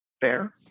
Fair